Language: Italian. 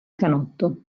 canotto